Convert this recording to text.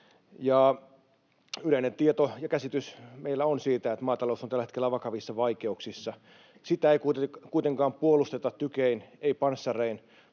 Yleinen tieto ja käsitys meillä on siitä, että maatalous on tällä hetkellä vakavissa vaikeuksissa. Sitä ei kuitenkaan puolusteta tykein, ei panssarein,